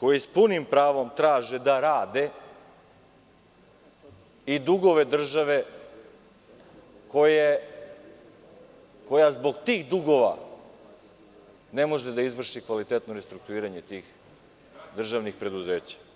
koji s punim pravom traže da rade i dugove države, koja zbog tih dugova ne može da izvrši kvalitetno restrukturiranje tih državnih preduzeća.